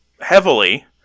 heavily